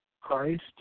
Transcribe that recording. Christ